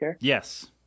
Yes